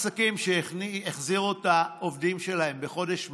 אותם עסקים שהחזירו את העובדים שלהם בחודש מאי,